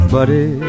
Buddy